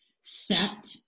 set